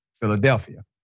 Philadelphia